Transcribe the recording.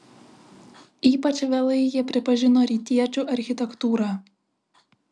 ypač vėlai jie pripažino rytiečių architektūrą